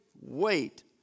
wait